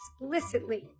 explicitly